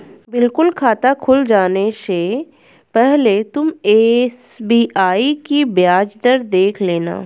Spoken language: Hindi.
बिल्कुल खाता खुल जाने से पहले तुम एस.बी.आई की ब्याज दर देख लेना